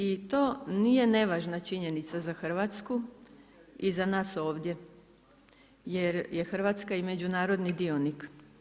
I to nije nevažna činjenica za Hrvatsku i za nas ovdje, jer je Hrvatska i međunarodni dionika.